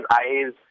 eyes